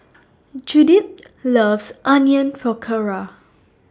Judith loves Onion Pakora